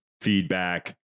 feedback